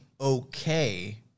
Okay